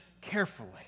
carefully